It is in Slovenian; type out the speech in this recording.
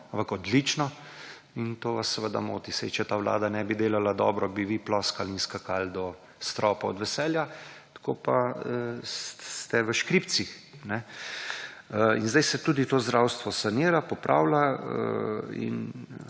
odlično in to vas seveda moti. Saj, če ta Vlada ne bi delala dobro bi vi ploskali in skakali do stropov od veselja tako pa ste v škripcih in sedaj se tudi to zdravstvo sanira, popravlja in